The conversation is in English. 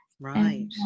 Right